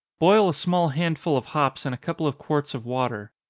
boil a small handful of hops in a couple of quarts of water.